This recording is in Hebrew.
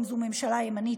אם זו ממשלה ימנית,